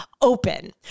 open